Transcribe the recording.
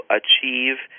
achieve